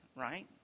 Right